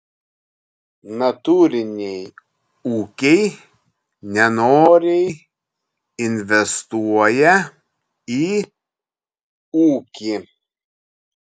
natūriniai ūkiai nenoriai investuoja į ūkį